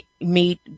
meet